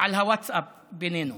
אל הווטסאפ בינינו